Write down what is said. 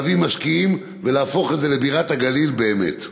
להביא משקיעים ולהפוך אותה לבירת הגליל באמת.